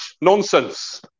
nonsense